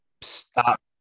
stop